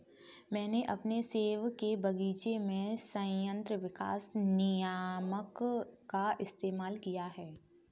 मैंने अपने सेब के बगीचे में संयंत्र विकास नियामक का इस्तेमाल किया है